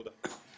תודה.